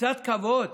קצת כבוד.